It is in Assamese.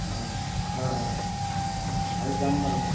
হয় হয় হয় হয় হয় যাম বাৰু